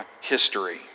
history